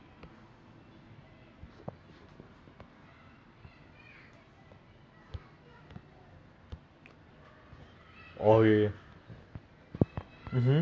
umbrella academy deadly class and I think that's all I can think of lah it's been a long time since I watched because oh you should watch deadly class it's seriously good I mean it's only one season now but